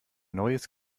neues